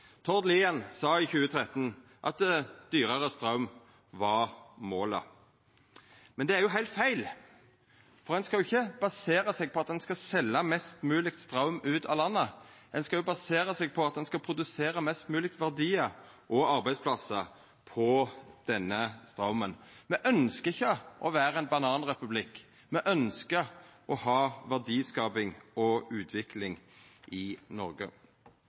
Tord Lien sa i 2013 at dyrare straum var målet. Men det er jo heilt feil, for ein skal jo ikkje basera seg på å selja mest mogeleg straum ut av landet. Ein skal basera seg på å produsera mest mogleg av verdi og arbeidsplassar på denne straumen. Me ønskjer ikkje å vera ein bananrepublikk. Me ønskjer å ha verdiskaping og utvikling i Noreg.